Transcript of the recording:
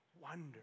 wonder